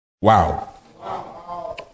Wow